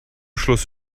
schluss